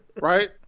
right